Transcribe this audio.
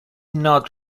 not